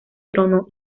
trono